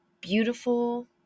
beautiful